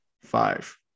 five